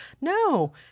no